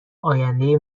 آینده